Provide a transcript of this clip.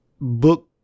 book